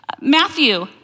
Matthew